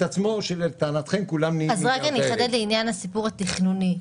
עצמו שלטענתכם כולם --- אז רק אני אחדד לעניין הסיפור התכנוני,